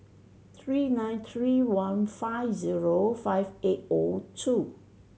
three nine three one five zero five eight O two